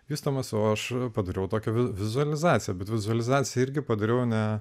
jusdamas o aš padariau tokią vizualizaciją bet vizualizaciją irgi padariau ne